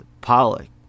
Pollock